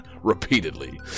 repeatedly